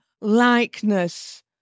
likeness